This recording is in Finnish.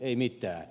ei mitään